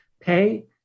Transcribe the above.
Pay